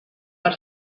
per